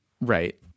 right